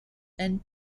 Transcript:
and